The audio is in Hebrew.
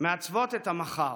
מעצבות את המחר,